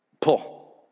pull